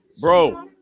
Bro